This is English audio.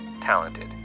talented